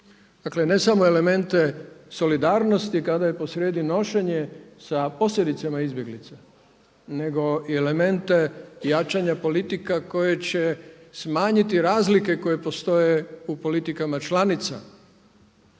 dakle ne samo elemente solidarnosti kada je posrijedi nošenje sa posljedicama izbjeglica nego i elemente jačanja politika koje će smanjiti razlike koje postoje u politikama članica,